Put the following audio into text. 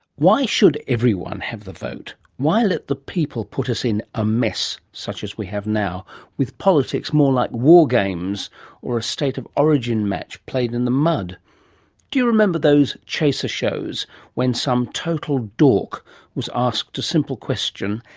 why should everyone have the vote? why let the people put us in a mess such as we have now with politics more like war games or a state of origin match played in the mud. do you remember those chaser shows when some total dork was asked a simple question,